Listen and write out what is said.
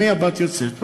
עם מי הבת יוצאת,